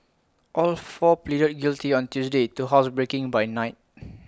all four pleaded guilty on Tuesday to housebreaking by night